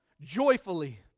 joyfully